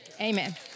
Amen